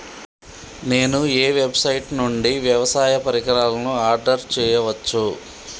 నేను ఏ వెబ్సైట్ నుండి వ్యవసాయ పరికరాలను ఆర్డర్ చేయవచ్చు?